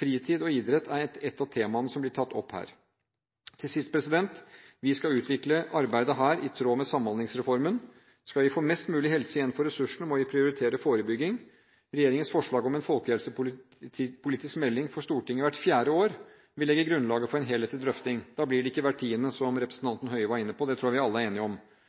Fritid og idrett er et av temaene som blir tatt opp her. Til slutt: Vi skal utvikle dette arbeidet i tråd med Samhandlingsreformen. Skal vi få mest mulig helse igjen for ressursene, må vi prioritere forebygging. Regjeringens forslag om å legge fram en folkehelsepolitisk melding for Stortinget hvert fjerde år vil legge grunnlaget for en helhetlig drøfting. Da blir det ikke hvert tiende år, som